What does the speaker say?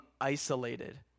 isolated